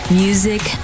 music